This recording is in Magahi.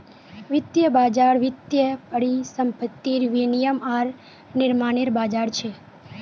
वित्तीय बज़ार वित्तीय परिसंपत्तिर विनियम आर निर्माणनेर बज़ार छ